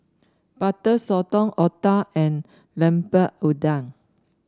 Butter Sotong Otah and Lemper Udang